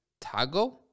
Tago